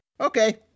Okay